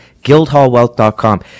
Guildhallwealth.com